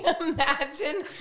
Imagine